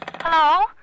Hello